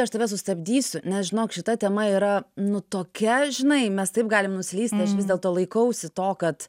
aš tave sustabdysiu nes žinok šita tema yra nu tokia žinai mes taip galim nuslysti aš vis dėlto laikausi to kad